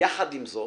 יחד עם זאת